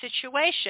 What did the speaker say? situation